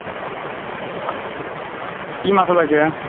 অঁ কি মাছ ওলাইছে এ